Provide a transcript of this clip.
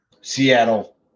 Seattle